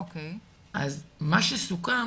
אז מה שסוכם